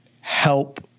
help